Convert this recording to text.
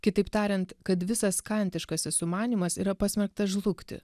kitaip tariant kad visas kantiškasis sumanymas yra pasmerktas žlugti